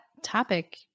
topic